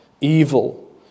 evil